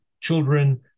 children